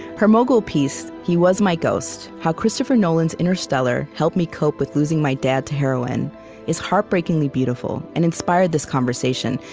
her mogul piece, he was my ghost how christopher nolan's interstellar helped me cope with losing my dad to heroin is heartbreakingly beautiful and inspired this conversation,